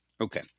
okay